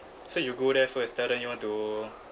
so you go there first tell them you want to